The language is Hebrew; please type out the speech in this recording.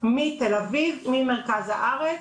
מתל אביב, ממרכז הארץ,